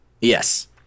Yes